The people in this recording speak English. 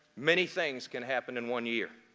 many things can happen in one year.